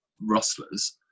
rustlers